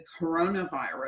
coronavirus